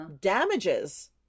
damages